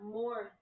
more